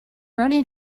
running